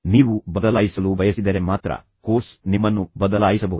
ನೀವು ಬದಲಾಯಿಸಲು ಬಯಸಿದರೆ ಮಾತ್ರ ಕೋರ್ಸ್ ನಿಮ್ಮನ್ನು ಬದಲಾಯಿಸಬಹುದು